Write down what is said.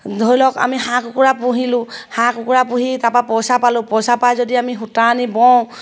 ধৰি লওক আমি হাঁহ কুকুৰা পুহিলোঁ হাঁহ কুকুৰা পুহি তাপা পইচা পালোঁ পইচা পাই যদি আমি সূতা আনি বওঁ